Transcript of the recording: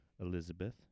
Elizabeth